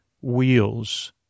wheels